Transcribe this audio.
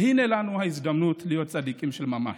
והינה לנו ההזדמנות להיות צדיקים של ממש.